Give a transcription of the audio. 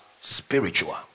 spiritual